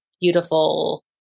beautiful